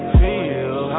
feel